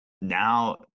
now